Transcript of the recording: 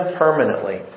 permanently